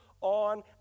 on